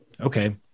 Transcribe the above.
okay